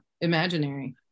imaginary